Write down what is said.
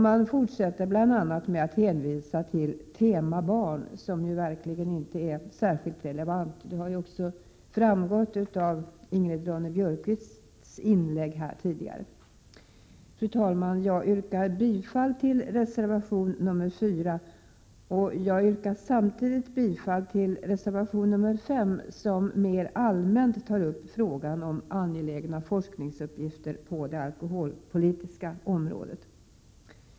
Man fortsätter bl.a. att hänvisa till ”tema Barn”, som ju verkligen inte är särskilt relevant. Det har också framgått av Ingrid Ronne-Björkqvists inlägg här tidigare. Fru talman! Jag yrkar bifall till reservation nr 4. Jag yrkar samtidigt bifall till reservation nr 5, som mer allmänt tar upp frågan om angelägna forskningsuppgifter på det alkoholpolitiska området.